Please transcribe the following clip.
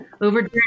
Over